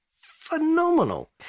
phenomenal